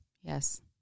Yes